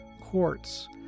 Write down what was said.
quartz